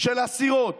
של אסירות